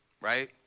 right